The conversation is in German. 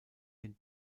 den